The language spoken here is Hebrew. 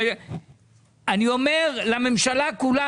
ואני אומר לממשלה כולה,